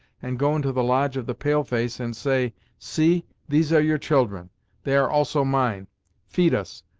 and go into the lodge of the pale-face and say see these are your children they are also mine feed us,